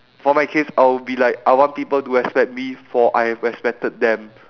for my case I'll be like I want people to respect me for I have respected them